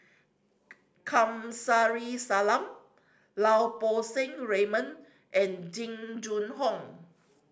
Kamsari Salam Lau Poo Seng Raymond and Jing Jun Hong